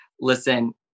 listen